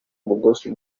umugozi